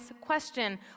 question